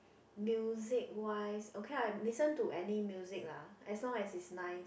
music wise okay lah I listen to any music lah as long as is nice